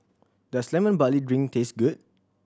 does Lemon Barley Drink taste good